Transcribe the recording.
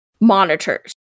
monitors